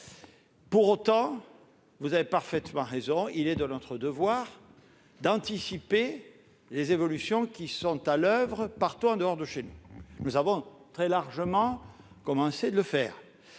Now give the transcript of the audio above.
Pour autant, vous avez parfaitement raison, il est de notre devoir d'anticiper les évolutions que l'on constate partout en dehors de chez nous. Nous avons très largement commencé de le faire.